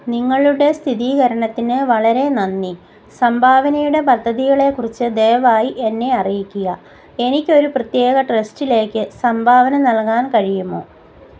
നിങ്ങളുടെ സ്ഥിരീകരണത്തിന് വളരെ നന്ദി സംഭാവനയുടെ പദ്ധതികളെക്കുറിച്ച് ദയവായി എന്നെ അറിയിക്കുക എനിക്ക് ഒരു പ്രത്യേക ട്രസ്റ്റിലേക്ക് സംഭാവന നൽകാൻ കഴിയുമോ